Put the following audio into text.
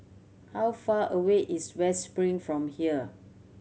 how far away is West Spring from here